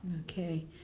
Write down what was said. Okay